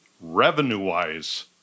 revenue-wise